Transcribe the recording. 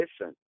listen